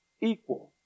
equal